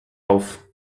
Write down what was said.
auf